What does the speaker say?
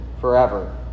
forever